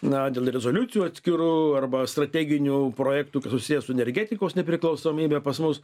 na dėl rezoliucijų atskirų arba strateginių projektų susiję su energetikos nepriklausomybe pas mus